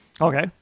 Okay